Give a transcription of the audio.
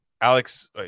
Alex